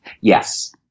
Yes